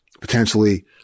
potentially